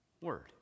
word